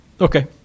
Okay